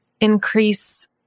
increase